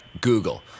Google